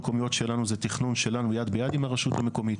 בסוף זה תכנון שלנו יד ביד עם הרשות המקומית.